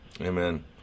Amen